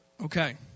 Okay